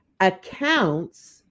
accounts